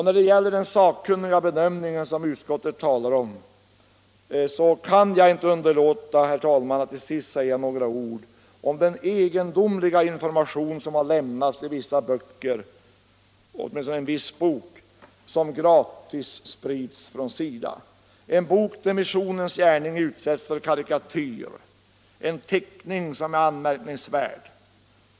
När det gäller den sakkunniga bedömning som utskottet talar om kan jag inte underlåta, herr talman, att säga några ord om den egendomliga information som har lämnats i en viss bok som gratis sprids från SIDA. Det är en bok där missionens gärning utsätts för karikatyr — en teckning som är anmärkningsvärd.